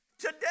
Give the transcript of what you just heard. Today